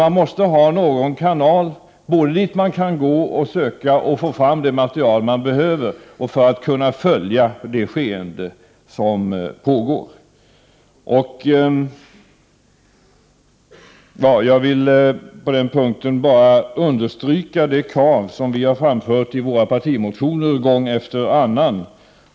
Man måste ha någon kanal, någon att gå till och söka få fram det material som behövs för att vi skall kunna följa det pågående skeendet. Jag vill på den punkten bara understryka det krav som vi framfört i våra partimotioner gång efter annan.